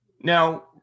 Now